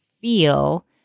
feel